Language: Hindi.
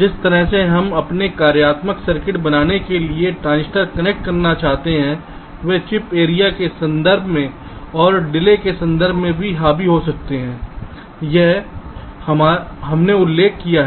जिस तरह से हम अपने कार्यात्मक सर्किट बनाने के लिए ट्रांजिस्टर कनेक्ट करना चाहते हैं वे चिप एरिया के संदर्भ में और डिले के संदर्भ में भी हावी हो जाते हैं यह हमने उल्लेख किया है